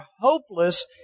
hopeless